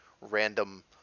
random